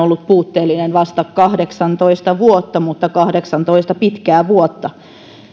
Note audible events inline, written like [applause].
[unintelligible] ollut puutteellinen vaan vasta kahdeksantoista vuotta mutta kahdeksantoista pitkää vuotta